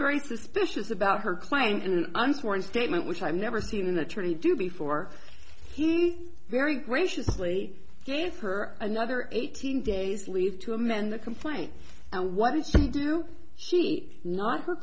very suspicious about her client and unsworn statement which i've never seen an attorney do before very graciously gave her another eighteen days leave to amend the complaint and what did she do she not her